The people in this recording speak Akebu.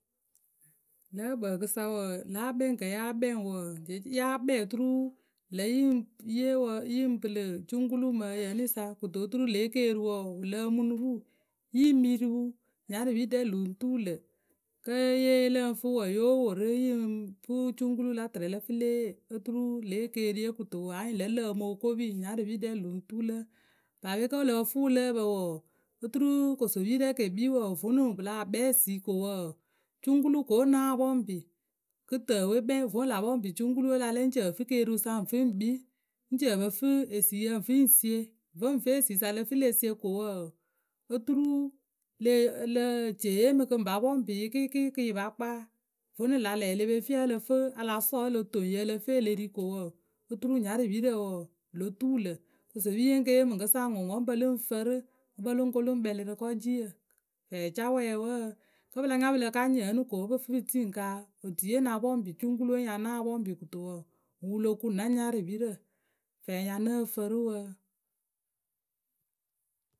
Lǝ̌ ǝkpǝǝkɨ sa wǝǝ, lǎ akpɛŋkǝ ya kpɛŋ wǝǝ ya kpɛŋ oturu ŋlǝ yǝ ŋ pɨlɨ cuŋkulu mɨ ǝyǝ ǝnǝ sa kɨto oturu lě keeriwǝ wǝ lǝǝmpǝ nuru. Yi mǝ ri wǝ nyarɨpi ɖɛ lǝŋ tuu lǝ̈. Kǝ́ ye yee lǝ ŋ fǝ wǝǝ, yo wo rǝ yǝ ŋ pɨ cuŋkulu la tɨrɛ lǝ fǝ le yee oturu lě ekeeriye kɨto anyɩŋ lǝ lǝǝmǝ okopi nyaɨpiɖɛ lǝŋ tuu lǝ. Paape kǝ́ wǝ lǝ pǝ fǝ wǝ lǝ́ǝ pǝ wǝǝ, oturu kosopiyǝ rɛ ke kpii wǝǝ vonu pǝ lah kpɛŋ esi ko wǝǝ cuŋkulu ko wǝ́ ŋ náa pɔŋpɩ kɨtǝǝwe kpɛŋ voŋ la pɔŋpɩ cuŋkuluwewe la lɛ ŋ ci ǝ fǝ keeriwe sa ŋ fǝ ŋ kpii ŋ ci ǝ pǝ fǝ esi yǝ ŋ fǝ ŋ sie. Vǝŋ fǝ esiyǝ sa lǝ fǝ le sie ko wǝǝ oturu leh ci e yee mǝ kɨ ŋ pa pɔŋpɩ yǝ kɩɩkɩɩ kɨ yǝ pa kpaa. Vonu la lɛ le pe fii wǝ́ ǝ lǝ fǝ a la sɔɔ wǝ́ o lo toŋ yǝ ǝ lǝ fǝ e le ri ko wǝǝ oturu nyarɨpirǝ wǝǝ lo tuu lǝ̈. Kosopiye ŋ ke ŋ yee mǝŋkɨsa wǝŋwǝ wǝ́ ŋ pǝlɨ ŋ fǝrǝ wǝ́ ŋ pǝlɨ ŋ kolu ŋ kpɛlɩ rǝ kɔciyǝ fɛɛcáwɛɛwǝǝ. Kǝ́ pɨ la nya pɨ la ka nyɩŋ ǝnɨ ko wǝ́ pǝ fǝ pɨ tii ŋwǝ ŋ kaa otuiye ŋ na pɔŋpɩ cuŋkuluwe ŋ ya náa pɔŋpɩ kɨto wǝǝ. wǝ wǝ lo kuŋ na nyarɨpirǝ. Fɛɛ ŋ ya nǝ́ǝ fǝrɨ wǝǝ.